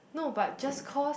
no but just cause